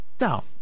Now